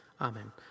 Amen